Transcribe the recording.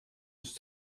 nicht